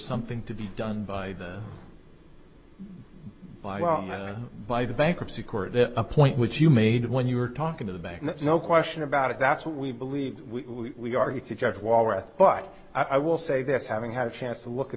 something to be done by the by well not by the bankruptcy court a point which you made when you were talking to the bank no question about it that's what we believe we are here to judge walworth but i will say that having had a chance to look at